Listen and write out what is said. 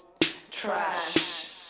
trash